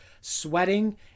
sweating